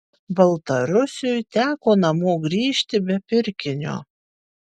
baltarusiui teko namo grįžti be pirkinio